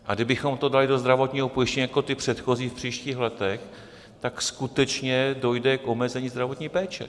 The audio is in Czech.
A kdybychom to dali do zdravotního pojištění jako ty předchozí v příštích letech, tak skutečně dojde k omezení zdravotní péče.